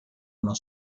uno